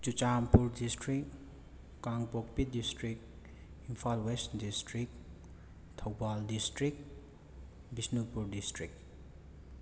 Churachandpur district Kangpokpi district Imphal west district Thoubal district Bishnupur district